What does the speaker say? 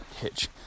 hitch